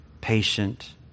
patient